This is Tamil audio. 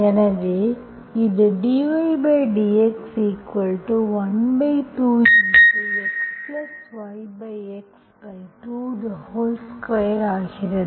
எனவே இது dydx12XYX2 ஆகிறது